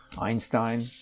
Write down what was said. Einstein